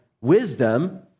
wisdom